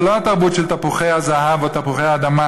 ולא התרבות של תפוחי הזהב או תפוחי האדמה,